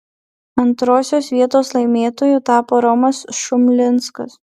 antrosios vietos laimėtoju tapo romas šumlinskas